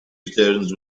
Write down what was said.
returns